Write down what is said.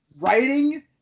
writing